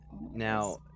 Now